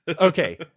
Okay